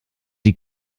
die